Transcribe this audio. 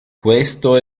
questo